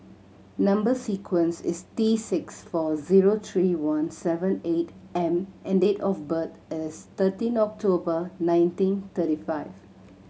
number sequence is T six four zero three one seven eight M and date of birth is thirteen October nineteen thirty five